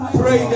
pray